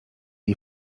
jej